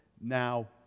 now